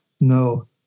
no